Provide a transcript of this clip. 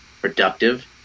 productive